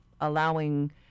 allowing